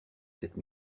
cette